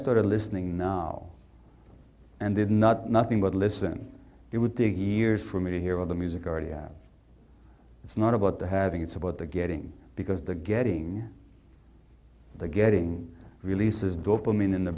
started listening now and did not nothing but listen it would take years for me to hear all the music already out it's not about the having it's about the getting because the getting the getting releases dopamine in the